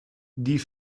die